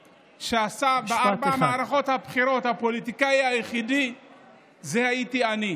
בארבע מערכות הבחירות זה הייתי אני.